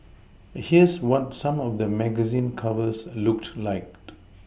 here's what some of the magazine covers looked like